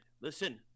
Listen